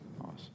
Awesome